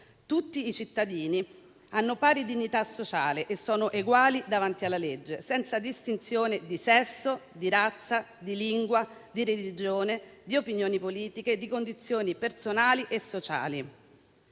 «Tutti i cittadini hanno pari dignità sociale e sono eguali davanti alla legge, senza distinzione di sesso, di razza, di lingua, di religione, di opinioni politiche, di condizioni personali e sociali.